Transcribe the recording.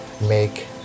make